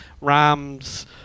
Rams